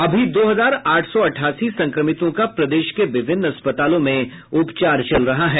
अभी दो हजार आठ सौ अठासी संक्रमितों का प्रदेश के विभिन्न अस्पतालों में उपचार चल रहा है